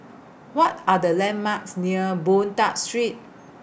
What Are The landmarks near Boon Tat Street